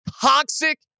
toxic